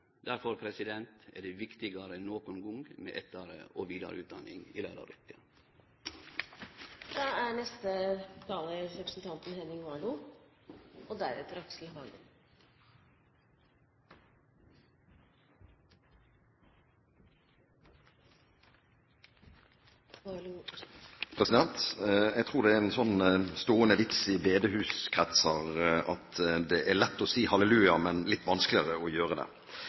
er det viktigare enn nokon gong med etter- og vidareutdanning i læraryrket. Jeg tror det er en stående vits i bedehuskretser at det er lett å si halleluja, men litt vanskeligere å gjøre det.